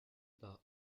par